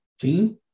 team